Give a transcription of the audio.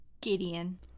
Gideon